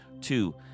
Two